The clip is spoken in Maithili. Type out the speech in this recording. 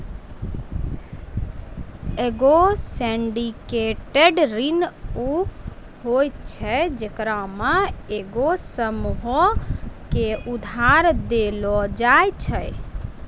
एगो सिंडिकेटेड ऋण उ होय छै जेकरा मे एगो समूहो के उधार देलो जाय छै